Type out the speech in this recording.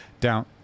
down